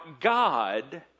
God